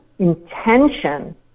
intention